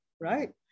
right